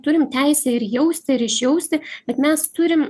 turim teisę ir jausti ir išjausti bet mes turim